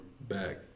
back